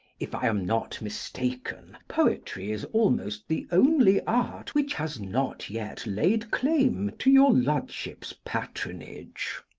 if i am not mistaken, poetry is almost the only art which has not yet laid claim to your lordship's patronage.